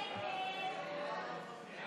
הצעת סיעת יש עתיד-תל"ם